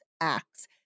acts